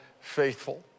faithful